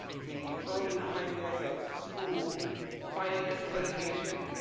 the early pioneers of school finance litigation,